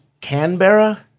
Canberra